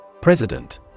President